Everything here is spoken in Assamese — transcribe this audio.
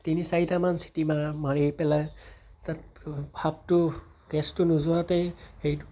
তিনি চাৰিটা মান চিটি মাৰা মাৰি পেলাই তাত ভাপটো গেছটো নোযোৱাতেই সেই